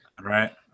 Right